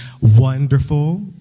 wonderful